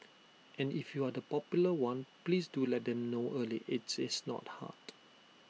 and if you are the popular one please do let them know early IT is not hard